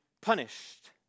punished